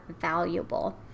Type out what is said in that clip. valuable